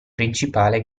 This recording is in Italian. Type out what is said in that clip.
principale